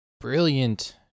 brilliant